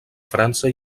frança